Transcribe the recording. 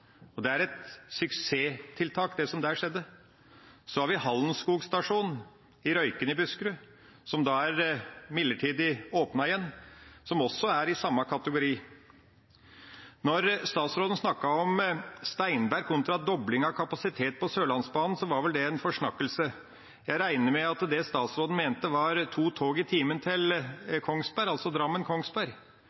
Og det er et suksesstiltak det som der skjedde. Så har vi Hallenskog stasjon i Røyken i Buskerud, som er midlertidig åpnet igjen, som også er i samme kategori. Når statsråden snakket om Steinberg kontra dobling av kapasitet på Sørlandsbanen, var vel det en forsnakkelse. Jeg regner med at det statsråden mente, var to tog i timen til Kongsberg, altså